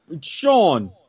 Sean